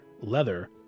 leather